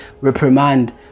reprimand